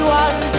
one